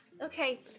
Okay